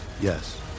Yes